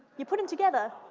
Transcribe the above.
you put them together,